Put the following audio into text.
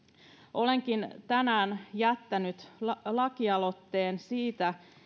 olenkin tänään jättänyt lakialoitteen siitä